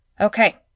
Okay